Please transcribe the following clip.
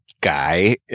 guy